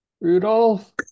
Rudolph